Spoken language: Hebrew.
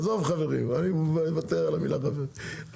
עזוב חברים אני מוותר על המילה חברים,